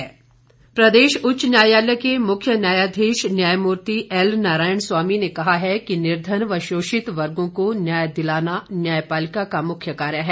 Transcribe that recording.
मुख्य न्यायाधीश प्रदेश उच्च न्यायालय के मुख्य न्यायाधीश न्यायमूर्ति एल नारायण स्वामी ने कहा है कि निर्धन व शोषित वर्गों को न्याय दिलाना न्यायपालिका का मुख्य कार्य है